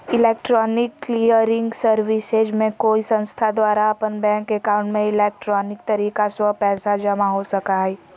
electronic clearing services में कोई संस्थान द्वारा अपन बैंक एकाउंट में इलेक्ट्रॉनिक तरीका स्व पैसा जमा हो सका हइ